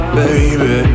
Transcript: baby